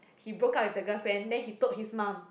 he broke up with the girlfriend then he told his mum